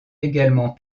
également